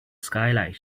skylight